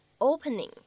opening